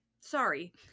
Sorry